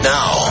Now